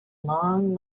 long